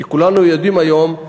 כי כולנו יודעים היום שעם